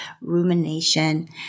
rumination